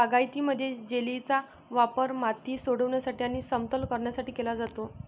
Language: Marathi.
बागायतीमध्ये, जेलीचा वापर माती सोडविण्यासाठी आणि समतल करण्यासाठी केला जातो